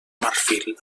marfil